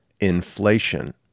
Inflation